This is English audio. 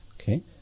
Okay